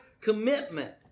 commitment